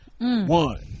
One